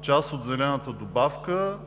80% от зелената добавка